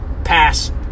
pass